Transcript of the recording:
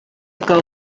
goal